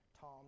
Tom